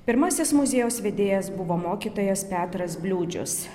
pirmasis muziejaus vedėjas buvo mokytojas petras bliūdžius